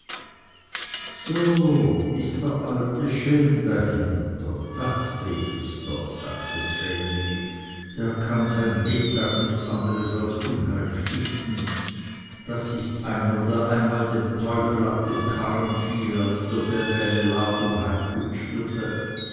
so ist der alte schelm dahinter dachte ich es doch sagte vreneli der kann sein lebtag nichts anders als unheil stiften das ist einer der einmal dem teufel ab dem karren fiel als derselbe eine ladung